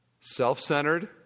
Self-centered